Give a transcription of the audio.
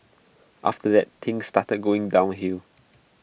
after that things started going downhill